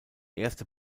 erste